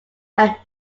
had